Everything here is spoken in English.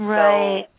Right